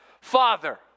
Father